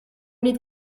niet